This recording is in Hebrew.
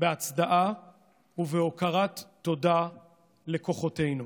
בהצדעה ובהכרת תודה לכוחותינו